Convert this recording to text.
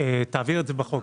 תעביר את זה בחוק,